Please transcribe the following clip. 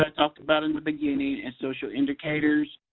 ah talked about in the beginning and social indicators,